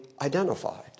identified